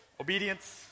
Obedience